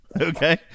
Okay